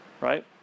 right